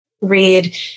read